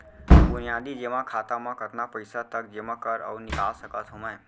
बुनियादी जेमा खाता म कतना पइसा तक जेमा कर अऊ निकाल सकत हो मैं?